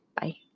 Bye